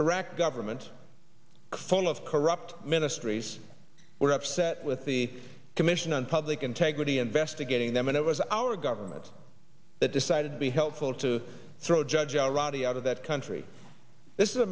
iraqi government full of corrupt ministries were upset with the commission on public integrity investigating them and it was our government that decided to be helpful to throw judge already out of that country this is a